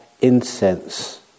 incense